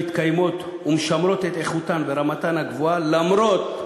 הן מתקיימות ומשמרות את איכותן ורמתן הגבוהה למרות,